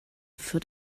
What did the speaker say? führt